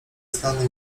znany